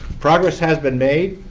progress has been made.